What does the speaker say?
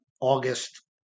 August